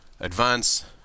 advance